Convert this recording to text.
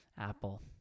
Apple